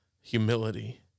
humility